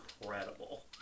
incredible